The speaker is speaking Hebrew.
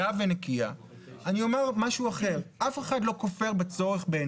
אני מציין, היא לא